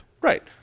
Right